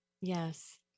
Yes